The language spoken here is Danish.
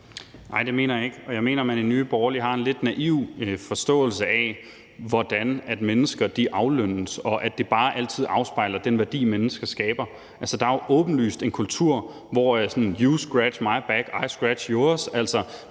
Nej, det mener jeg ikke. Og jeg mener, at man i Nye Borgerlige har en lidt naiv forståelse af, hvordan mennesker aflønnes, og at det bare altid afspejler den værdi, mennesker skaber. Altså, der er jo åbenlyst en kultur af »You scratch my back, I'll scratch yours« , altså